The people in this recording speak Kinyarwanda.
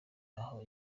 ntaho